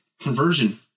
conversion